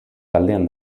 taldean